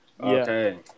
Okay